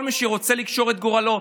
כל מי שרוצה לקשור את גורלו,